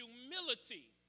humility